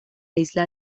isla